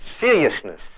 seriousness